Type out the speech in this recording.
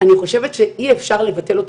אני חושבת שאי אפשר לבטל אותם,